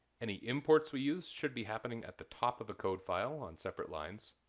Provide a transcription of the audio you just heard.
any imports we use should be happening at the top of a code file on separate lines.